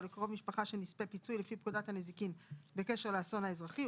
לקרוב משפחה של נספה פיצוי לפי פקודת הנזיקין בקשר לאסון האזרחי,